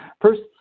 First